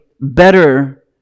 better